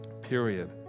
Period